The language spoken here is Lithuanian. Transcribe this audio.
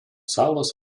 salos